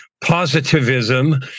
positivism